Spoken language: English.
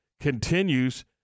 continues